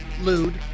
lewd